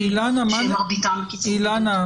אילנה,